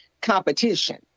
competition